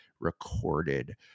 Recorded